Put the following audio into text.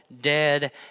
dead